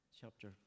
chapter